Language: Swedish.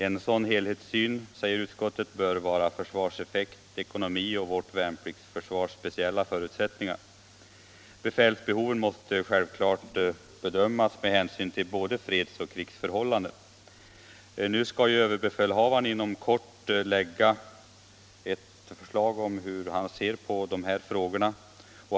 En sådan helhetssyn, säger utskottet, bör omfatta försvarseffekt, ekonomi och vårt värnpliktsförsvars speciella förutsättningar. Befälsbehoven måste självklart bedömas med hänsyn till både fredsoch krigsförhållanden. Överbefälhavaren skall inom kort lägga fram sin syn på dessa frågor.